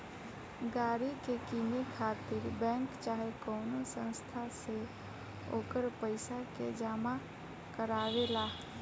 गाड़ी के किने खातिर बैंक चाहे कवनो संस्था से ओकर पइसा के जामा करवावे ला